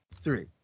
three